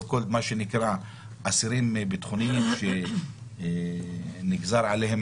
מה שנקרא אסירים ביטחוניים נגזר עליהם